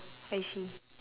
I see